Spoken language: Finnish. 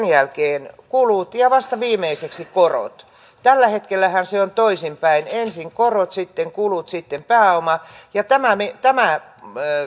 jälkeen kulut ja vasta viimeiseksi korot tällä hetkellähän se on toisinpäin ensin korot sitten kulut sitten pääoma tämä